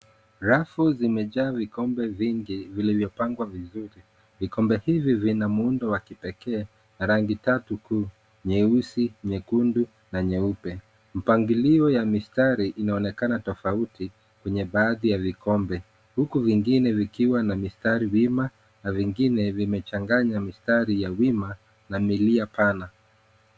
Rafu zimejaa vikombe vingi vilivyopangwa vizuri. Vikombe hivi vina muundo wa kipekee rangi tatu tu; nyeusi, nyekundu na nyeupe. Mipangilio ya mistari inaonekana tofautikwenye baadhi ya vikombe huku vingine vikiwa na mistari wima na vingine vimechanganywa na mistari ya wima na milia pana.